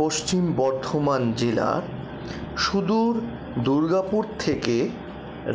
পশ্চিম বর্ধমান জেলার সুদূর দুর্গাপুর থেকে